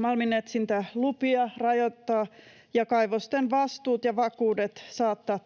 malminetsintälupia ja saattaa kaivosten vastuut ja vakuudet